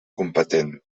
competent